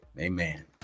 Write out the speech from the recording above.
Amen